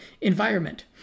environment